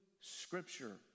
scripture